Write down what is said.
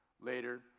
Later